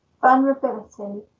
vulnerability